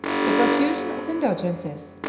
the profusion of indulgences,